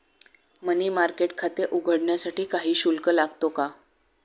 मनी market खाते उघडण्यासाठी काही शुल्क लागतो का?